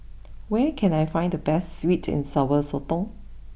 where can I find the best sweet and Sour Sotong